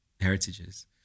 heritages